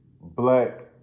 black